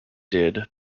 did